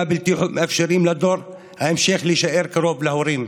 הבלתי-מאפשרים לדור ההמשך להישאר קרוב להורים,